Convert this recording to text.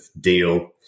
deal